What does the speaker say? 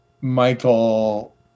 Michael